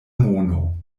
mono